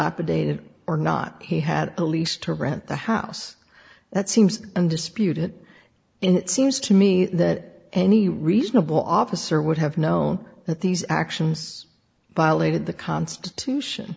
dilapidated or not he had a lease to rent the house that seems undisputed in it seems to me that any reasonable officer would have known that these actions violated the constitution